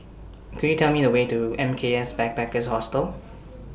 Could YOU Tell Me The Way to M K S Backpackers Hostel